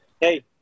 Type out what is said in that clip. hey